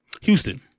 Houston